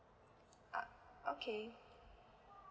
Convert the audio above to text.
ah okay